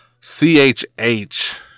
CHH